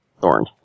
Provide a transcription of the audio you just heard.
Thorn